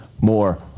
more